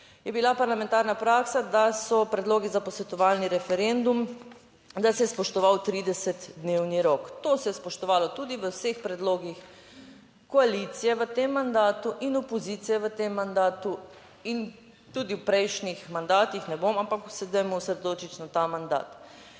je bila parlamentarna praksa, da so predlogi za posvetovalni referendum, da se je spoštoval 30 dnevni rok, to se je spoštovalo tudi v vseh predlogih koalicije v tem mandatu in opozicije v tem mandatu in tudi v prejšnjih mandatih ne bom, ampak se dajmo osredotočiti na ta mandat.